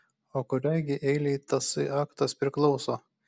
o kuriai gi eilei tasai aktas priklauso